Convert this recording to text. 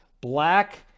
black